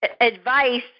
advice